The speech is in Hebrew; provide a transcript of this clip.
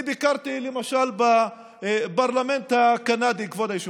אני ביקרתי למשל בפרלמנט הקנדי, כבוד היושב-ראש,